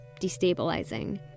destabilizing